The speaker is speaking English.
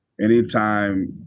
anytime